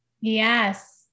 Yes